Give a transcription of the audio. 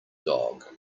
dog